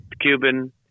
Cuban